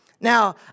Now